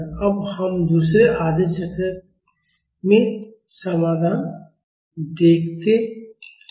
अब हम दूसरे आधे चक्र में समाधान देखते हैं